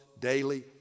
daily